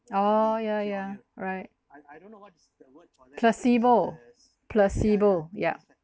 oh yeah yeah right placebo placebo yeah